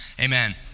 Amen